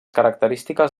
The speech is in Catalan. característiques